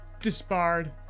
disbarred